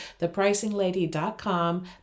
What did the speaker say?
thepricinglady.com